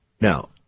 now